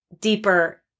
deeper